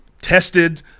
tested